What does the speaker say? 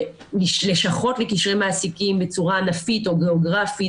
לשכות לקשרי מעסיקים בצורה ענפית או גיאוגרפית.